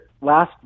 last